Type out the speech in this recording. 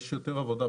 יש יותר עבודה.